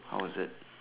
how was it